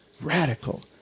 radical